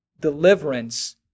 deliverance